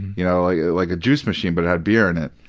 you know ah yeah like a juice machine, but it had beer in it.